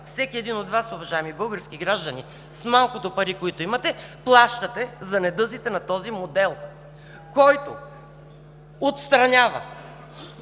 всеки един от Вас, уважаеми български граждани, с малкото пари, които имате, плащате за недъзите на този модел, който отстранява,